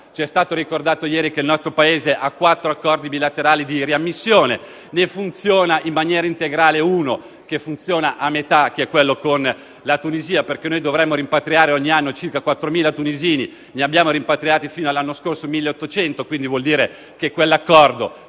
Ci è stato ricordato ieri che il nostro Paese ha quattro accordi bilaterali di riammissione; ne funziona in maniera integrale uno, che in realtà funziona a metà, quello con la Tunisia. Noi infatti dovremmo rimpatriare ogni anno circa 4.000 tunisini, ma ne abbiamo rimpatriati fino all'anno scorso 1.800; quindi vuol dire che l'accordo